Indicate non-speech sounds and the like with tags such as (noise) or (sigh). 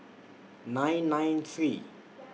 nine nine three (noise)